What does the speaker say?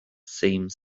same